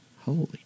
Holy